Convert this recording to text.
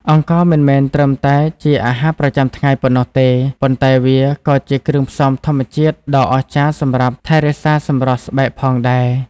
អង្ករមិនមែនត្រឹមតែជាអាហារប្រចាំថ្ងៃប៉ុណ្ណោះទេ ប៉ុន្តែវាក៏ជាគ្រឿងផ្សំធម្មជាតិដ៏អស្ចារ្យសម្រាប់ថែរក្សាសម្រស់ស្បែកផងដែរ។